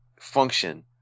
function